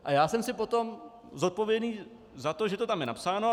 A já jsem si potom zodpovědný za to, že to tam je napsáno.